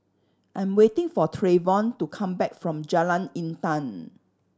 I'm waiting for Trayvon to come back from Jalan Intan